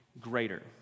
greater